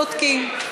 צודקים.